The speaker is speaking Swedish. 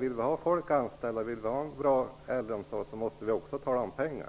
Vill vi ha folk anställda och vill vi ha en bra äldreomsorg måste vi också tala om pengar.